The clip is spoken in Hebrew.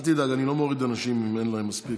אל תדאג, אני לא מוריד אנשים אם אין להם מספיק,